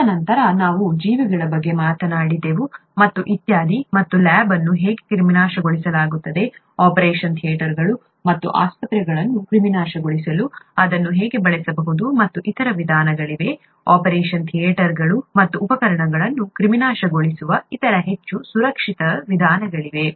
ತದನಂತರ ನಾವು ಜೀವಿಗಳ ಬಗ್ಗೆ ಮಾತನಾಡಿದೆವು ಮತ್ತು ಇತ್ಯಾದಿ ಮತ್ತು ಲ್ಯಾಬ್ ಅನ್ನು ಹೇಗೆ ಕ್ರಿಮಿನಾಶಕಗೊಳಿಸಲಾಗುತ್ತದೆ ಆಪರೇಷನ್ ಥಿಯೇಟರ್ಗಳು ಮತ್ತು ಆಸ್ಪತ್ರೆಗಳನ್ನು ಕ್ರಿಮಿನಾಶಕಗೊಳಿಸಲು ಅದನ್ನು ಹೇಗೆ ಬಳಸಬಹುದು ಮತ್ತು ಇತರ ವಿಧಾನಗಳಿವೆ ಆಪರೇಷನ್ ಥಿಯೇಟರ್ಗಳು ಮತ್ತು ಉಪಕರಣಗಳನ್ನು ಕ್ರಿಮಿನಾಶಕಗೊಳಿಸುವ ಇತರ ಹೆಚ್ಚು ಸುರಕ್ಷಿತ ವಿಧಾನಗಳಿವೆ